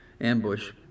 ambush